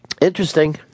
Interesting